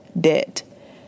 debt